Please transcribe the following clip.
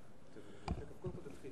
מסכים.